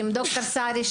עם ד"ר סעדי,